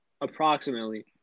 approximately